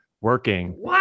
working